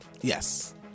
Yes